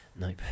Nope